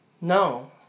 No